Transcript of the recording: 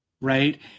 right